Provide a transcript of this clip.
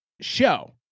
show